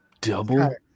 Double